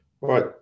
Right